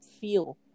feel